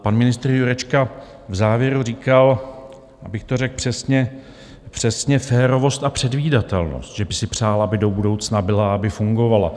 Pan ministr Jurečka v závěru říkal, abych to řekl přesně, přesně férovost a předvídatelnost, že by si přál, aby do budoucna byla, aby fungovala.